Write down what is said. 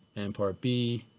and part b,